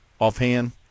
offhand